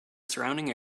surrounding